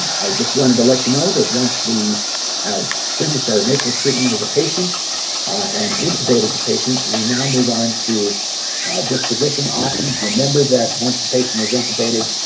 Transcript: i just wanted to let you know that once we have finished our initial treatment of the patient ah and intubated the patient we now move on to ah disposition options remember that once the patient is intubated.